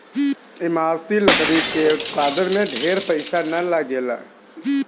इमारती लकड़ी के उत्पादन में ढेर पईसा ना लगेला